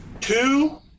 two